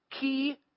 key